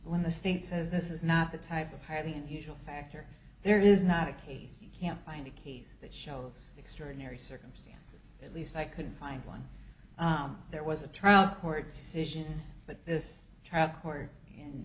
in the state says this is not the type of highly unusual factor there is not a case you can't find a case that shows extraordinary circumstances at least i couldn't find one there was a trial court decision but this trial court in